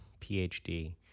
phd